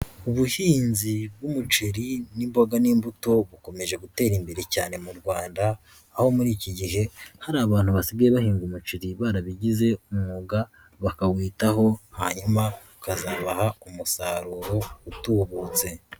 Ubuhinzi bw'umuceri n'imboga n'imbuto bukomeje gutera imbere cyane mu Rwanda, aho muri iki gihe hari abantu basigaye bahinga umuceri barabigize umwuga, bakawitaho, hanyuma ukazabaha umusaruro utubutse.